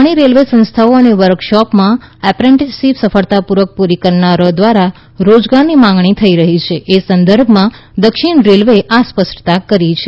ઘણી રેલવે સંસ્થાઓ અને વર્કશોપમાં એપ્રેન્ટીસશીપ સફળતાપૂર્વક પૂરી કરનારાઓ દ્વારા રોજગારની માંગણી થઈ રહી છે એ સંદર્ભમાં દક્ષિણ રેલવે એ આ સ્પષ્ટતા કરી છે